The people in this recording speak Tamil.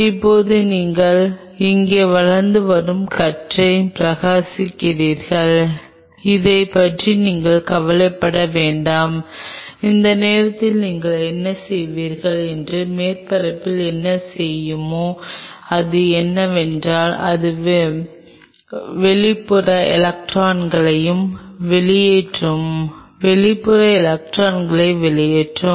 இப்போது நீங்கள் இங்கே வளர்ந்து வரும் கற்றை பிரகாசிக்கிறீர்கள் இதைப் பற்றி நீங்கள் கவலைப்பட வேண்டாம் இந்த நேரத்தில் நீங்கள் என்ன செய்வீர்கள் என்பது மேற்பரப்பில் என்ன செய்யுமோ அது என்னவென்றால் அது வெளிப்புற எலக்ட்ரான்களையும் வெளியேற்றும் வெளிப்புற எலக்ட்ரான்களையும் வெளியேற்றும்